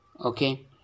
Okay